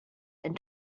and